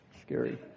Scary